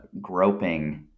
groping